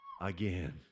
again